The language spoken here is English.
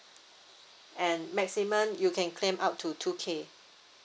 and maximum you can claim up to two K